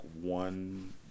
one